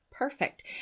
Perfect